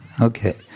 Okay